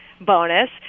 bonus